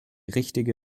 richtige